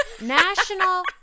National